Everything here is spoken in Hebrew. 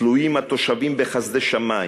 תלויים התושבים בחסדי שמים.